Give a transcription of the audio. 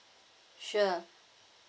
sure